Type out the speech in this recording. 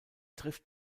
trifft